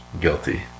guilty